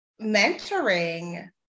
mentoring